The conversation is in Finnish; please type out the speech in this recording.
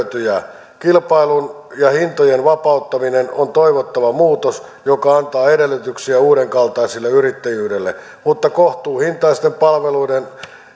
ja hyötyjä kilpailun ja hintojen vapauttaminen on toivottava muutos joka antaa edellytyksiä uudenkaltaiselle yrittäjyydelle mutta kohtuuhintaisten palveluiden